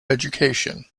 education